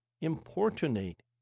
Importunate